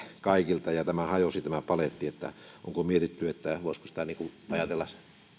kaikilta ja tämä paletti hajosi onko mietitty että voisiko ajatella